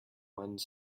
one